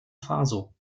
faso